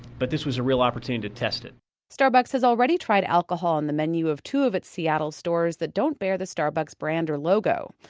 but this was a real opportunity to test it starbucks has already tried alcohol on the menu of two of its seattle stores that don't bear the starbucks brand or logo.